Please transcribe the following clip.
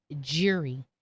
jury